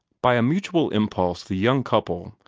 by a mutual impulse the young couple,